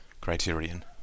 criterion